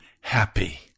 happy